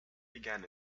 began